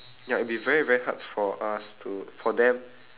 ya it'll be very very hard for us to for them